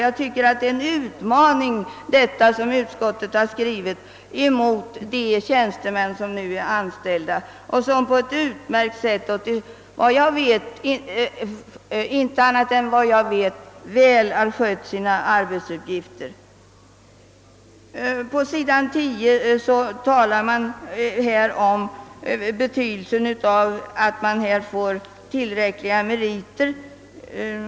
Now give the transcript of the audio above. Vad utskottet har skrivit är en utmaning mot de tjänstemän som nu är anställda och som efter vad jag vet på ett utmärkt sätt har skött sina arbetsuppgifter. På s. 10 skriver utskottet om betydelsen av att tjänstemännen har tillräckliga meriter.